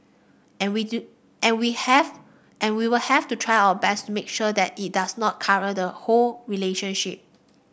and we do and we have and we will have to try our best to make sure that it does not colour the whole relationship